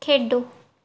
ਖੇਡੋ